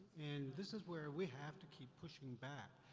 and this is where we have to keep pushing back.